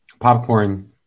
popcorn